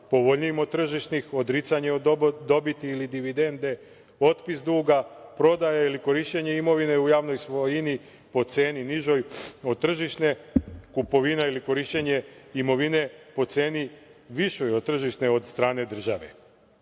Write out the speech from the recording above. povoljnijim od tržišnih, odricanje od dobiti ili dividende, otpis duga, prodaja ili korišćenje imovine u javnoj svojini po ceni nižoj od tržišne, kupovina ili korišćenje imovine po ceni višoj od tržišne od strane države. Naime,